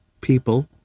people